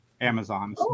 Amazon